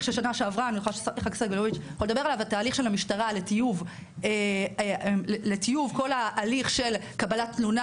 של שנה שעברה של המשטרה לטיוב כל ההליך של קבלת תלונה